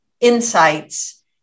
insights